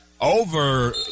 over